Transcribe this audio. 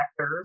vectors